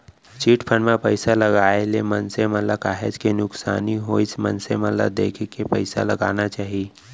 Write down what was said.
chit fund म पइसा लगाए ले मनसे मन ल काहेच के नुकसानी होइस मनसे मन ल देखे के पइसा लगाना चाही